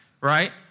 Right